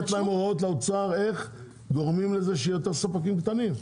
לתת הוראות לאוצר איך גורמים לזה שיהיו יותר ספקים קטנים.